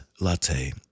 Latte